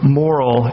moral